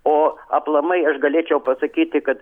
o aplamai aš galėčiau pasakyti kad